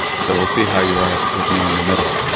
so we'll see how you are with me in the middle.